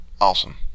awesome